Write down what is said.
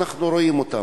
אנחנו רואים אותן.